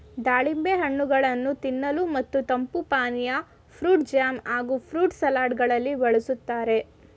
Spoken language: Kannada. ದಾಳಿಂಬೆ ಹಣ್ಣುಗಳನ್ನು ತಿನ್ನಲು ಮತ್ತು ತಂಪು ಪಾನೀಯ, ಫ್ರೂಟ್ ಜಾಮ್ ಹಾಗೂ ಫ್ರೂಟ್ ಸಲಡ್ ಗಳಲ್ಲಿ ಬಳ್ಸತ್ತರೆ